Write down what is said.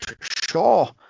Shaw